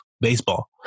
baseball